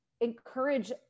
encourage